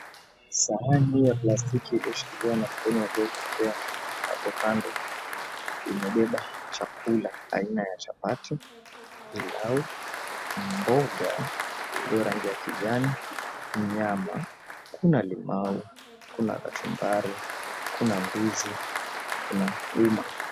Sahani ya plastiki ulioshikiliwa na mkono uliotokea hapo kando, imebeba chakula aina ya chapati, pilau, mboga iliyo rangi ya kijani, nyama, kuna limau, kuna kachumbari, kuna ndizi, kuna uma.